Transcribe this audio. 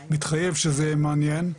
אני מתחייב שזה מעניין,